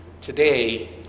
today